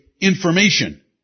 information